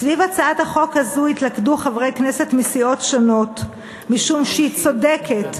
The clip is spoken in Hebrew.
סביב הצעת החוק הזאת התלכדו חברי כנסת מסיעות שונות משום שהיא צודקת,